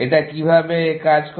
এটা কিভাবে কাজ করে